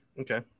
Okay